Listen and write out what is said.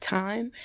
time